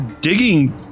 digging